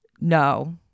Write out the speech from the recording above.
no